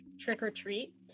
trick-or-treat